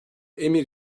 emir